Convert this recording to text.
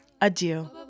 adieu